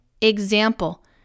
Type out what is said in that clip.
Example